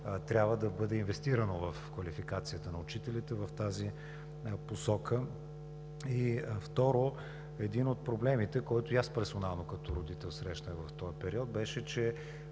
трябва да бъде инвестирано в квалификацията на учителите в тази посока. Второ, един от проблемите, който и аз персонално като родител срещнах в този период, беше, че